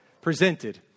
presented